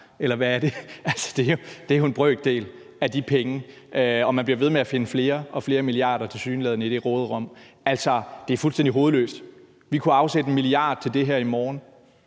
eller hvad er det? Altså, det er jo en brøkdel af de penge, og man bliver tilsyneladende ved med at finde flere og flere milliarder i det råderum. Det er fuldstændig hovedløst. Vi kunne afsætte 1 mia. kr. til det her i morgen